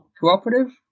cooperative